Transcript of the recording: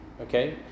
Okay